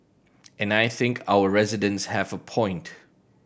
and I think our residents have a point